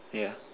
yeah